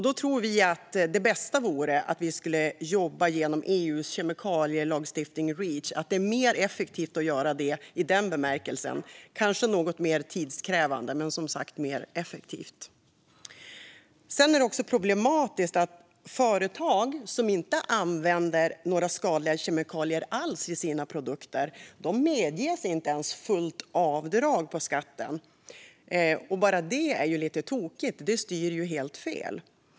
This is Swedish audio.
Då tror vi att det bästa och mest effektiva vore att jobba genom EU:s kemikalielagstiftning Reach - kanske något mer tidskrävande men som sagt mer effektivt. Det är också problematiskt att företag som inte använder några skadliga kemikalier alls i sina produkter inte medges fullt avdrag på skatten. Bara det är ju lite tokigt och styr helt fel.